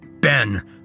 Ben